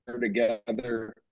together